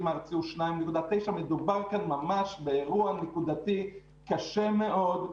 הארצי הוא 2.9. מדובר כאן באירוע נקודתי קשה מאוד.